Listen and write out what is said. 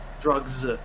drugs